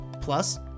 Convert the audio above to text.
Plus